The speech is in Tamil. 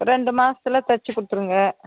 ரெண்டு மாதத்துல தச்சு கொடுத்துருங்க